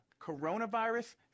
Coronavirus